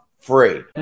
free